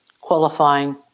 qualifying